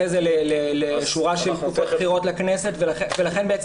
אחרי זה לשורה של תקופות בחירות לכנסת ולכן בעצם